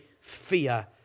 fear